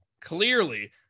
Clearly